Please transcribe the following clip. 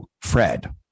Fred